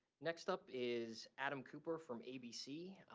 next up is adam cooper from abc.